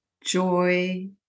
joy